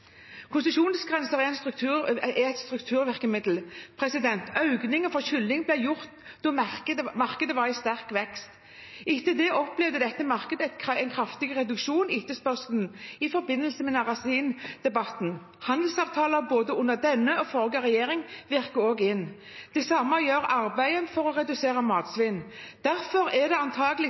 Konsesjonsgrenser er et strukturvirkemiddel. Økningen for kylling ble gjort da markedet var i sterk vekst. Etter det opplevde dette markedet en kraftig reduksjon i etterspørselen i forbindelse med narasindebatten. Handelsavtaler, både under denne og under forrige regjering, virker også inn. Det samme gjør arbeidet for å redusere matsvinn. Derfor er antakelig utviklingen i etterspørselen den største utfordringen for jordbruket framover. Og det